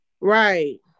Right